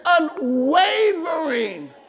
unwavering